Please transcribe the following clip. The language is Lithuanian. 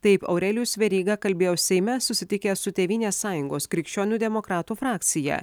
taip aurelijus veryga kalbėjo seime susitikęs su tėvynės sąjungos krikščionių demokratų frakcija